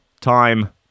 Time